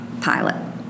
pilot